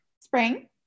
spring